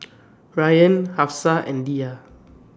Rayyan Hafsa and Dhia